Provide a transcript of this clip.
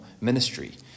ministry